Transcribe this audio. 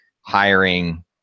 hiring